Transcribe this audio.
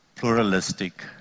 pluralistic